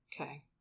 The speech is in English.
Okay